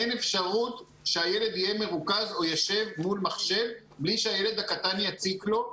אין אפשרות שהילד יהיה מרוכז או יישב מול מחשב בלי שהילד הקטן יציק לו,